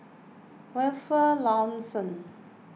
Wilfed Lawson